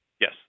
Yes